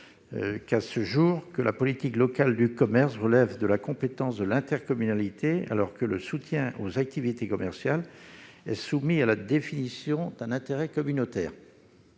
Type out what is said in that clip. actuelle, que la politique locale du commerce relève de la compétence de l'intercommunalité, alors que le soutien aux activités commerciales est soumis à la définition d'un intérêt communautaire.